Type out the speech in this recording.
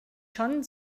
schon